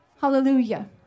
hallelujah